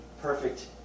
perfect